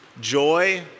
joy